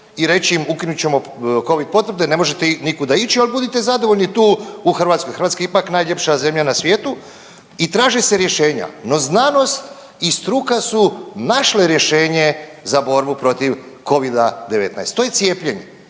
i reći im ukinut ćemo covid potvrde, ne možete nikuda ići, al budite zadovoljni tu u Hrvatskoj, Hrvatska je ipak najljepša zemlja na svijetu i traži se rješenja. No znanost i struka su našle rješenje za borbu protiv Covida-19, to je cijepljenje.